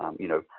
you know,